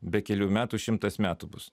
be kelių metų šimtas metų bus